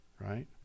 right